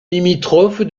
limitrophe